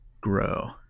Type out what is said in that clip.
grow